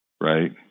right